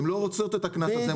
הן לא רוצות את הקנס הזה.